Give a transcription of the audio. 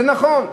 זה נכון.